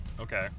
Okay